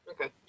Okay